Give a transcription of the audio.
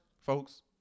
folks